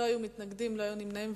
לא היו מתנגדים, לא היו נמנעים.